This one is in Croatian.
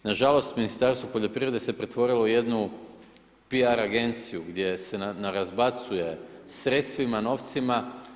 Nažalost Ministarstvo poljoprivrede se pretvorilo u jednu PR agenciju gdje se narazbacuje sredstvima, novcima.